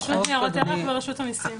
ברשות לניירות ערך וברשות המיסים.